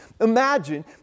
imagine